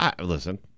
Listen